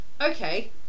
okay